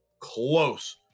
close